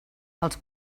els